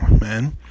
man